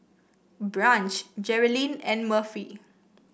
Branch Jerilyn and Murphy